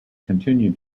continued